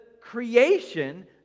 creation